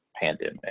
pandemic